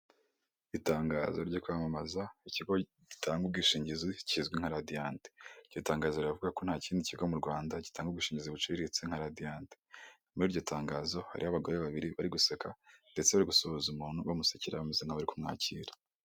Itangazo ryo kwamamaza ikigo gitanga ubwishingizi kizwi nka radianti, iryo tangazo rivuga ko nta kindi kigo mu Rwanda gitanga ubushingizi buciriritse na nka radiyanti, muri iryo tangazo hariho abagore babiri bari guseka, ndetse no gusuhuza umuntu bamusekera bameze nk'abari kumwakira.